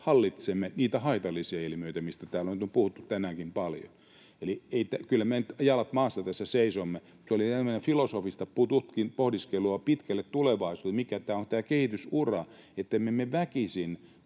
hallitsemme niitä haitallisia ilmiöitä, mistä täällä nyt on puhuttu tänäänkin paljon. Eli kyllä me jalat maassa tässä seisomme. Se oli enemmän filosofista pohdiskelua pitkälle tulevaisuuteen, mikä on tämä kehitysura, ettemme me väkisin